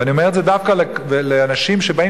ואני אומר את זה דווקא לאנשים שבאים